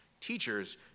teachers